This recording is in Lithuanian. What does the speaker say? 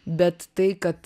bet tai kad